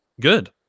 good